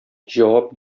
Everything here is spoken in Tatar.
җавап